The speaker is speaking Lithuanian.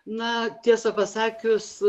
na tiesą pasakius